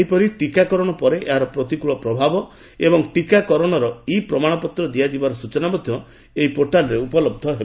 ସେହିପରି ଟୀକାକରଣ ପରେ ଏହାର ପ୍ରତିକୃଳ ପ୍ରଭାବ ଏବଂ ଟୀକାକରଣର ଇ ପ୍ରମାଣପତ୍ର ଦିଆଯିବାର ସ୍ଚନା ମଧ୍ୟ ଏହି ପୋର୍ଟାଲ୍ରେ ଉପଲହ୍ଧ ହେବ